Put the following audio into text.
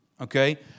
okay